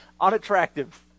unattractive